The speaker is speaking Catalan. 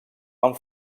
amb